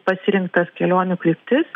pasirinktas kelionių kryptis